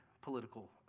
political